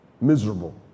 miserable